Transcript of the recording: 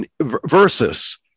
versus